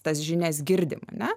tas žinias girdim ana